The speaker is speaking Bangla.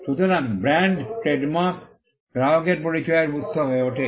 সুতরাং ব্র্যান্ড ট্রেড মার্ক গ্রাহকের পরিচয়ের উত্স হয়ে ওঠে